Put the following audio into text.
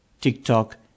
TikTok